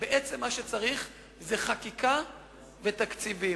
בעצם מה שצריך זה חקיקה ותקציבים.